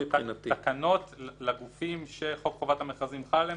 תקנות של שר האוצר לגופים שחוק חובת המכרזים חל עליהם?